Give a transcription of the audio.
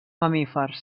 mamífers